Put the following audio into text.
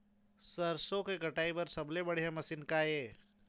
सरसों के कटाई बर सबले बढ़िया मशीन का ये?